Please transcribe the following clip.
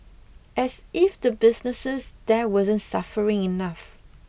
as if the businesses there wasn't suffering enough